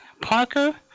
Parker